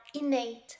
innate